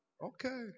okay